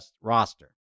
roster